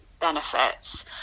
benefits